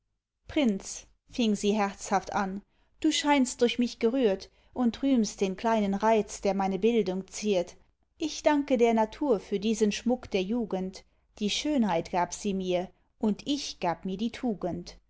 prinz fing sie herzhaft an du scheinst durch mich gerührt und rühmst den kleinen reiz der meine bildung ziert ich danke der natur für diesen schmuck der jugend die schönheit gab sie mir und ich gab mir die tugend